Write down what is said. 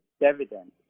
dividend